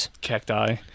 Cacti